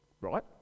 Right